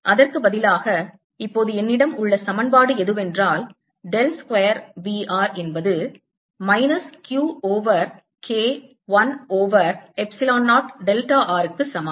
அதற்கு பதிலாக இப்போது என்னிடம் உள்ள சமன்பாடு எதுவென்றால் டெல் ஸ்கொயர் V r என்பது minus Q over K 1 over epsilon 0 delta r க்கு சமம்